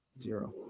Zero